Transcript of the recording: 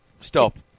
stop